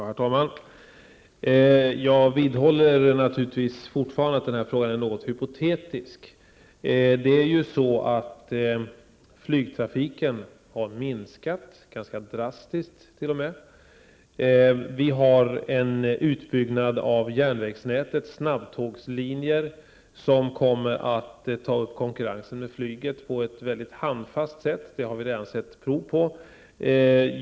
Herr talman! Jag vidhåller naturligtvis att den här frågan är något hypotetisk. Flygtrafiken har minskat -- ganska drastiskt t.o.m. Det sker en utbyggnad av järnvägsnätets snabbtågslinjer, som kommer att ta upp konkurrensen med flyget på ett mycket handfast sätt. Det har vi redan sett prov på.